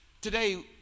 Today